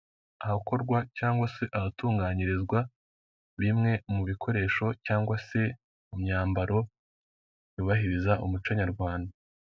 Ahakorwa cyangwa se ahatunganyirizwa bimwe mu bikoresho cyangwa se mu myambaro yubahiriza umuco nyarwanda.